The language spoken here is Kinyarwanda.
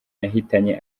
yahitanye